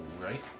right